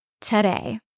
today